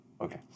okay